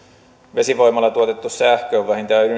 vesivoimalla tuotettu sähkö on vähintään